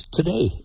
today